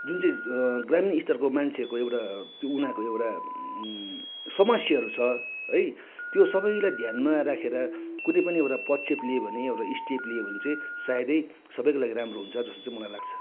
जुन चाहिँ ग्रामीण स्तरको मान्छेहरूको एउटा त्यो उनीहरूको एउटा समस्याहरू छ है त्यो सबैलाई ध्यानमा राखेर कुनै पनि एउटा पदक्षेप लियो भने एउटा स्टेप लियो भने चाहिँ सायदै सबैको लागि राम्रो हुन्छ जस्तो चाहिँ मलाई लाग्छ